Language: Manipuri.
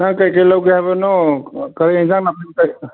ꯀꯩꯀꯩ ꯂꯧꯒꯦ ꯍꯥꯏꯕꯅꯣ ꯀꯩ ꯏꯟꯖꯥꯡ ꯅꯥꯄꯤ ꯀꯩ